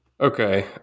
Okay